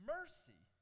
Mercy